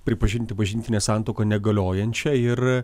pripažinti bažnytinę santuoką negaliojančia ir